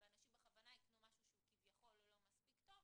ואנשים בכוונה יקנו משהו שהוא כביכול לא מספיק טוב,